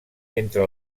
entre